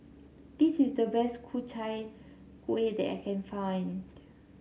this is the best Ku Chai Kuih that I can find